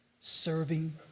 serving